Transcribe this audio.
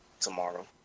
tomorrow